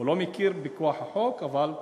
הוא לא מכיר בכוח החוק, למה?